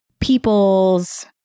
people's